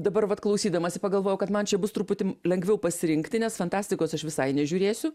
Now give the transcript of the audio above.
dabar vat klausydamasi pagalvojau kad man čia bus truputį lengviau pasirinkti nes fantastikos aš visai nežiūrėsiu